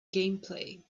gameplay